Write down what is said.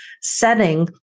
setting